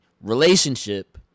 Relationship